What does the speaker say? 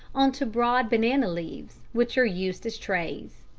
on to broad banana leaves, which are used as trays.